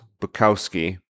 Bukowski